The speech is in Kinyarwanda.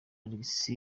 alex